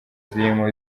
zirimo